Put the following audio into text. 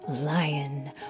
Lion